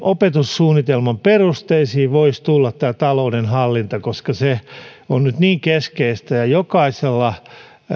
opetussuunnitelman perusteisiin voisi tulla talouden hallinta koska se on nyt niin keskeistä ja jokaisella